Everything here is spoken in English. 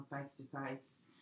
face-to-face